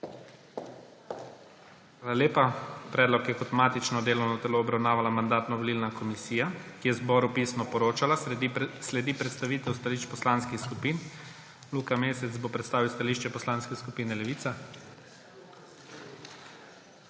lepa. Predlog je kot matično delovno telo obravnavala Mandatno-volilna komisija, ki je zboru pisno poročala. Sledi predstavitev stališč poslanskih skupin. Luka Mesec bo predstavil stališče Poslanske skupine Levica.